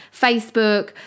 Facebook